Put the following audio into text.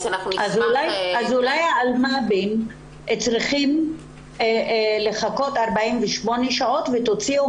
אולי אלמ"בים צריכים לחכות 48 שעות ותוציאו